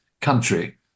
country